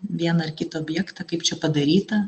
vieną ar kitą objektą kaip čia padaryta